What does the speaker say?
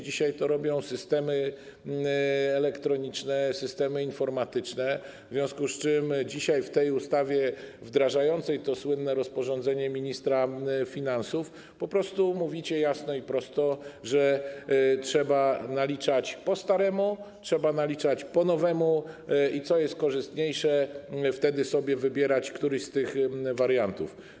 Dzisiaj to robią systemy elektroniczne, systemy informatyczne, w związku z czym dzisiaj w tej ustawie wdrażającej to słynne rozporządzenie ministra finansów po prostu mówicie jasno i prosto, że trzeba naliczać po staremu, trzeba naliczać po nowemu i jeśli coś jest korzystniejsze, wtedy wybierać sobie któryś z tych wariantów.